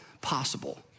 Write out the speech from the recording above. possible